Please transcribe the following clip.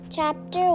Chapter